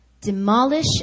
demolish